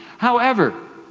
however,